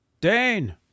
Dane